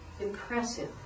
impressive